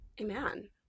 Amen